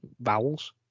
vowels